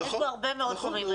יש בו הרבה מאוד זרמים.